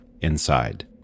inside